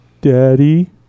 Daddy